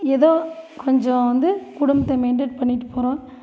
ஏதோ கொஞ்சம் வந்து குடும்பத்தை மெயின்டெயின் பண்ணிட்டு போகிறோம்